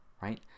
right